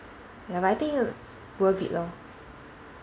ya but I think it's worth it lor